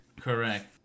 correct